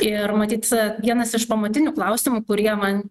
ir matyt vienas iš pamatinių klausimų kurie man